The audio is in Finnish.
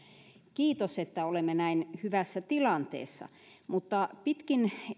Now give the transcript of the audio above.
kiitos että olemme näin hyvässä tilanteessa mutta pitkin